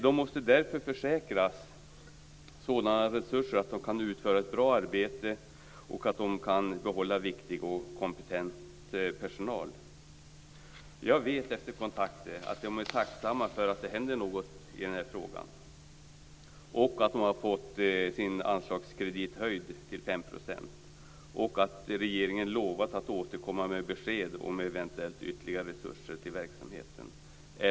De måste därför tillförsäkras sådana resurser att de kan utföra ett bra arbete och behålla viktig och kompetent personal. Efter kontakter vet jag att de är tacksamma för att det händer något i frågan - för att de fått sin anslagskredit höjd till 5 % och för att regeringen lovat att återkomma med besked om eventuellt ytterligare resurser till verksamheten.